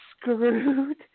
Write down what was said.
screwed